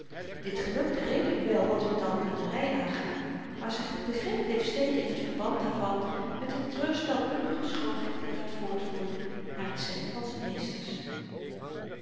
dit gelukte redelyk wel wat hun taalkundery aangaat maar z'n begrip bleef steken in t verband daarvan met de treurspelkundige schoonheid die er uit voortvloeide naar t zeggen van z'n meesters